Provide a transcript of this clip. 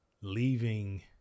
leaving